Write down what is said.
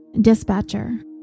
Dispatcher